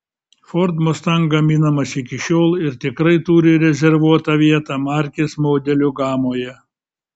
ford mustang gaminamas iki šiol ir tikrai turi rezervuotą vietą markės modelių gamoje